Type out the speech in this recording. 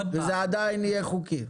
זה עדיין יהיה חוקי.